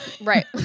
Right